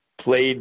played